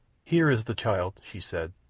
here is the child, she said.